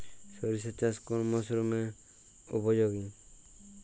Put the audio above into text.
সরিষা চাষ কোন মরশুমে উপযোগী?